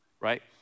right